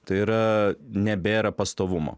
tai yra nebėra pastovumo